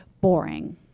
boring